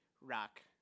rock